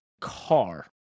car